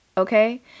Okay